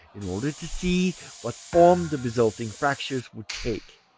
in order to see what form the resulting fractures would take.